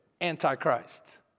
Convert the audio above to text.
Antichrist